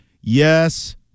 Yes